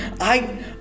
I-